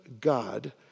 God